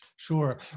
Sure